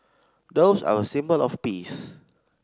doves are a symbol of peace